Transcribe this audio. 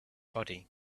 body